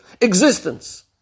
existence